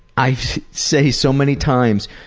i say so many times,